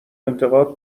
انتقاد